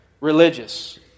religious